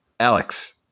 Alex